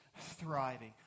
thriving